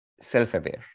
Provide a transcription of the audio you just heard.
self-aware